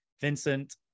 Vincent